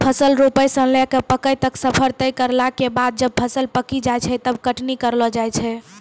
फसल रोपै स लैकॅ पकै तक के सफर तय करला के बाद जब फसल पकी जाय छै तब कटनी करलो जाय छै